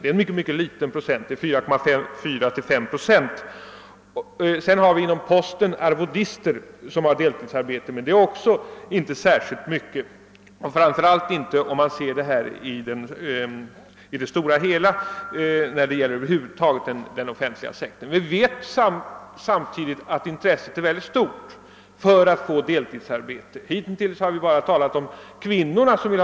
Detta är en mycket liten procent, 4—5 procent. Inom postverket finns det arvodister som har deltidsarbete, men de är inte heller särskilt många, framför allt inte om man ser problemet i stort när det gäller den offentliga sektorn. Vi vet samtidigt att intresset är mycket stort för att få deltidsarbete. Hittills har vi bara talat om att det är kvinnor som vill.